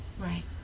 Right